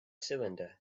cylinder